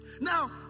Now